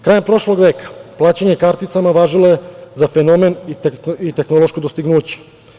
Krajem prošlog veka plaćanje karticama važilo je za fenomen i tehnološko dostignuće.